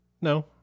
No